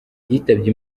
yitabye